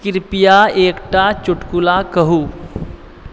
कृपया एकटा चुटकुला कहू